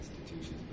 institutions